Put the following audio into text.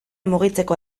mugitzeko